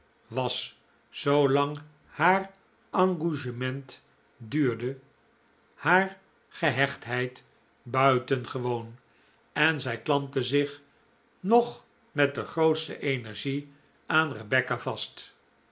was zoo lang haar engouement duurde haar gehechtheid buitengewoon en zij klampte zich nog met de grootste energie aan rebecca vast